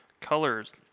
Colors